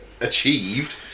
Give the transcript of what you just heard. achieved